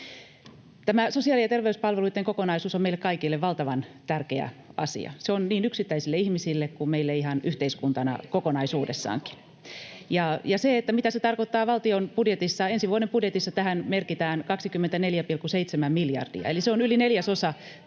Tämä sosiaali- ja terveyspalveluitten kokonaisuus on meille kaikille valtavan tärkeä asia, se on niin yksittäisille ihmisille kuin meille ihan yhteiskuntana kokonaisuudessaankin. Ja mitä se tarkoittaa valtion budjetissa: ensi vuoden budjetissa tähän merkitään 24,7 miljardia, eli se on yli neljäsosa valtion